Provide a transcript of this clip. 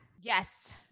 Yes